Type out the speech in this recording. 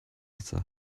eto